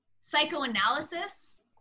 psychoanalysis